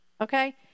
Okay